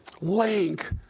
link